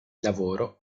lavoro